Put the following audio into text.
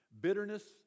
Bitterness